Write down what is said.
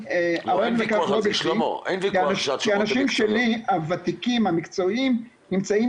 --- האנשים שלי הוותיקים המקצועיים נמצאים